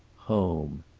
home.